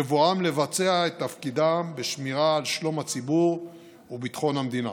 בבואם לבצע את תפקידם בשמירה על שלום הציבור וביטחון המדינה.